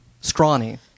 scrawny